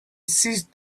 ceased